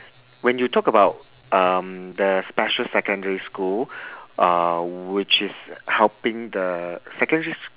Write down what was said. when you talk about um the special secondary school uh which is helping the secondary s~